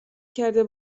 کرده